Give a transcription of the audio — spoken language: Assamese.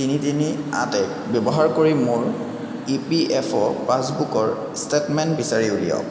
তিনি তিনি আঠ এক ব্যৱহাৰ কৰি মোৰ ই পি এফ অ' পাচবুকৰ ষ্টেটমেণ্ট বিচাৰি উলিয়াওক